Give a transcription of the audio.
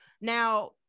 Now